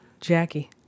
Jackie